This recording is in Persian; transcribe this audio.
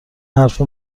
حرف